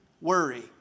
Worry